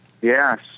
Yes